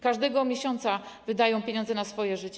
Każdego miesiąca wydają pieniądze na swoje życie.